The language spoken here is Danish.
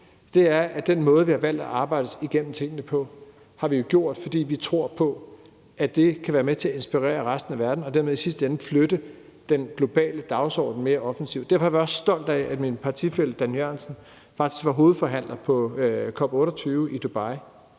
er, at den måde, vi har valgt at arbejde os igennem tingene på, har vi gjort, fordi vi tror på, at det kan være med til at inspirere resten af verden og dermed i sidste ende flytte den globale dagsorden mere offensivt. Derfor er jeg også stolt af, at min partifælle Dan Jørgensen faktisk var hovedforhandler på COP28 i Dubai.